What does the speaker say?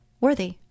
worthy